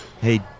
Hey